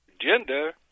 gender